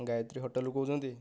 ଗାୟତ୍ରୀ ହୋଟେଲରୁ କହୁଛନ୍ତି